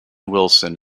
wilson